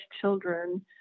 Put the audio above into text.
children